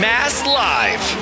MassLive